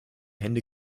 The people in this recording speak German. hände